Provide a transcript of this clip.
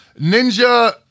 Ninja